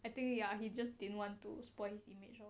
I think ya he just didn't want to spoil image lor